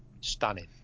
stunning